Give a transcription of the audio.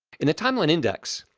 in the timeline index,